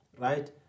right